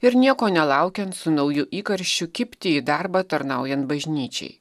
ir nieko nelaukiant su nauju įkarščiu kibti į darbą tarnaujant bažnyčiai